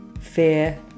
fear